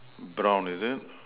brown is it